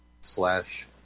slash